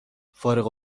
فارغ